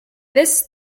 this